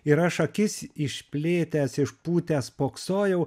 ir aš akis išplėtęs išpūtęs spoksojau